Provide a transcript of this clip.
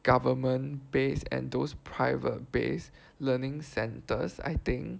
government based and those private based learning centers I think